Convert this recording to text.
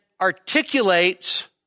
articulates